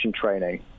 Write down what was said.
training